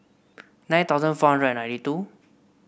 nine thousand four hundred ninety two